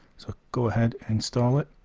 so go ahead install it